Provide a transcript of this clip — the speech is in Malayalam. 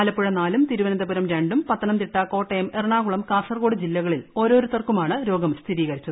ആലപ്പുഴ നാലും തിരുവനന്തപുരം രണ്ടും പത്തനംതിട്ട കോട്ടയം എറണാകുളം കാസർഗോഡ് ജില്ലകളിൽ ഓരോരുത്തർക്കുമാണ് രോഗം സ്ഥിരീകരിച്ചത്